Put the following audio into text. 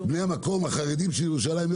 בני המקום החרדים של ירושלים,